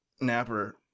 napper